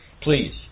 please